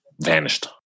vanished